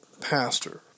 pastor